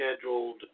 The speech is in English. scheduled